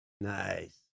Nice